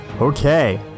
Okay